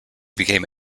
became